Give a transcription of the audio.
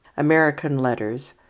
american letters,